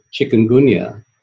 chikungunya